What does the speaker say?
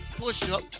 push-up